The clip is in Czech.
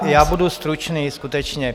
Já budu stručný skutečně.